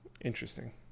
Interesting